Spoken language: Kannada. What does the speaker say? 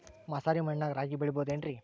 ಮಸಾರಿ ಮಣ್ಣಾಗ ರಾಗಿ ಬೆಳಿಬೊದೇನ್ರೇ?